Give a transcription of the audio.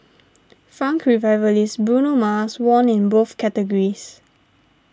funk revivalist Bruno Mars won in both categories